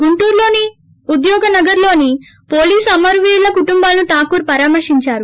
గుంటూరులోని ఉద్యోగనగర్లో పోలీసు అమరవీరుల కుటుంబాలను కాకూర్ పరామర్పించారు